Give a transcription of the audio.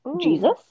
Jesus